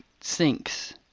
sinks